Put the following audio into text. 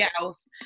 else